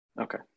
Okay